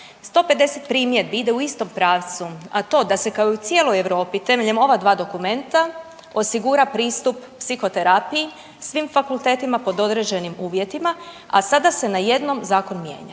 150 primjedbi ide u istom pravcu, a to da se kao i u cijeloj Europi temeljem ova dva dokumenta osigura pristup psihoterapiji i svim fakultetima pod određenim uvjetima, a sada se najednom zakon mijenja.